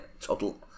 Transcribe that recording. total